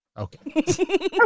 Okay